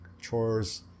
chores